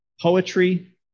poetry